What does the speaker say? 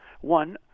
One